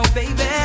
baby